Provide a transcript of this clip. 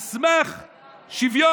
על סמך שוויון.